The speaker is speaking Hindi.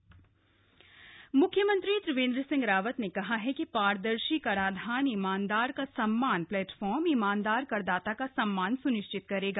ट्रांसपैरेंट टैक्सेशन रीएक्शन मुख्यमंत्री त्रिवेन्द्र सिंह रावत ने कहा है कि पारदर्शी कराधान ईमानदार का सम्मान प्लेटफार्म ईमानदार करदाता का सम्मान स्निश्चित करेगा